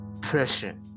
pressure